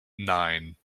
nine